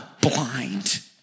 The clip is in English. blind